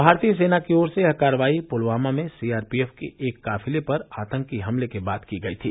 भारतीय सेना की ओर से यह कार्रवाई पुलवामा में सीआरपीएफ के एक काफिले पर आतंकी हमले के बाद की गयी थी